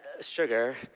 sugar